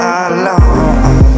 alone